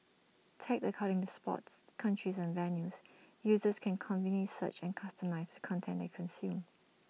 tagged according to sports countries and venues users can conveniently search and customise the content they consume